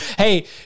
Hey